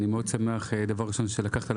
אני מאוד שמח שהנושא הראשון שלקחת על